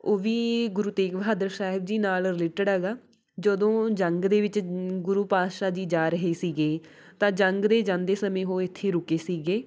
ਉਹ ਵੀ ਗੁਰੂ ਤੇਗ ਬਹਾਦਰ ਸਾਹਿਬ ਜੀ ਨਾਲ ਰਿਲੇਟਡ ਹੈਗਾ ਜਦੋਂ ਉਹ ਜੰਗ ਦੇ ਵਿੱਚ ਗੁਰੂ ਪਾਤਸ਼ਾਹ ਜੀ ਜਾ ਰਹੇ ਸੀਗੇ ਤਾਂ ਜੰਗ 'ਤੇ ਜਾਂਦੇ ਸਮੇਂ ਉਹ ਇੱਥੇ ਰੁਕੇ ਸੀਗੇ